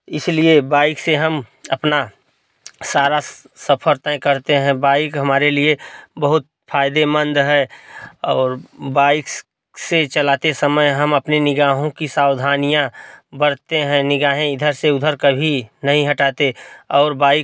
इसलिए बाइक से हम अपना सारा सफर तय करते हैं बाइक हमारे लिए बहुत फायदेमंद है और बाइक से चलाते समय हम अपने निगाहों की सावधानियाँ बरतते हैं निगाहें इधर से उधर कभी नहीं हटाते और बाइक